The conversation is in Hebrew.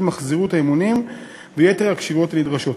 מחזוריות האימונים ויתר הכשירויות הנדרשות.